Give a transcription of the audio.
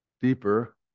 deeper